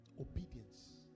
Obedience